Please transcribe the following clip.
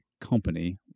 company